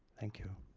thank you.